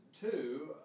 two